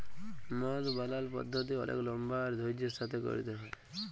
মদ বালালর পদ্ধতি অলেক লম্বা আর ধইর্যের সাথে ক্যইরতে হ্যয়